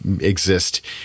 exist